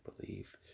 believe